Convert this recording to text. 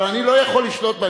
אבל אני לא יכול לשלוט בהם,